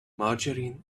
margarine